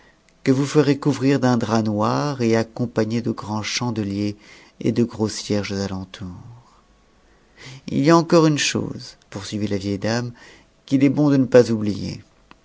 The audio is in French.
que os ferez couvrir d'un drap noir et accompagner de grands chandeliers de gros cierges à l'entour il y a encore une chose poursuivit la eit e dame qu'il est bon de ne pas oublier